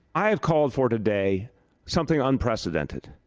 i have called for today something unprecedented,